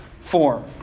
form